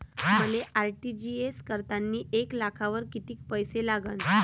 मले आर.टी.जी.एस करतांनी एक लाखावर कितीक पैसे लागन?